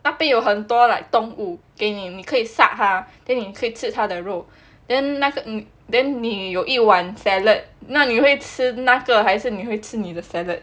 那边有很多 like 动物给你你可以杀他 then 你可以吃他的肉 then 那个 then 你你有一碗 salad 那你会吃那个还是你会吃你的 salad